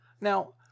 Now